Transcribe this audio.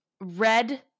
red